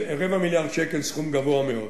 רבע מיליארד שקל, סכום גבוה מאוד.